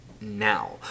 now